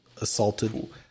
assaulted